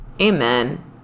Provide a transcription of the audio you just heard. Amen